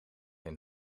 een